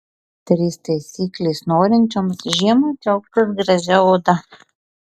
trys taisyklės norinčioms žiemą džiaugtis gražia oda